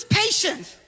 patience